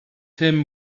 him